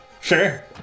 Sure